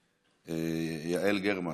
מוותר, יעל גרמן,